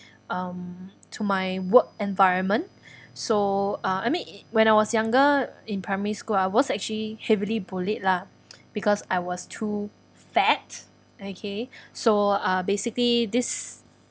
um to my work environment so uh I mean when I was younger in primary school I was actually heavily bullied lah because I was too fat okay so uh basically this